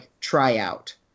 tryout